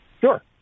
Sure